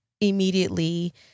immediately